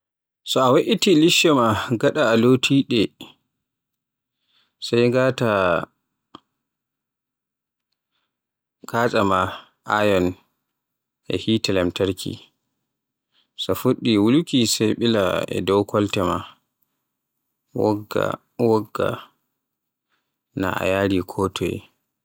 So a we'iti limsho ma gada a lotide sey ngàta katcha Ayon ma e hite lamtarki, so a fuddi weluki sai bila e dow kolte ma. A wogga. A wogga. Na a yaari ko toye.